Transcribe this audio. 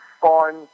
fun